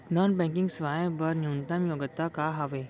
Non banking सेवाएं बर न्यूनतम योग्यता का हावे?